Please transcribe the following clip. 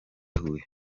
huye